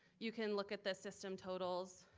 you can look at the system totals